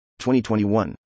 2021